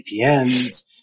VPNs